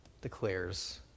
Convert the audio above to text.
declares